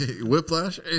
Whiplash